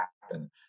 happen